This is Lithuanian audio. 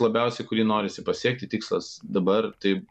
labiausiai kurį norisi pasiekti tikslas dabar tai